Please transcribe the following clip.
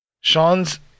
Sean's